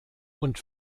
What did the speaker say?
und